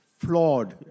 flawed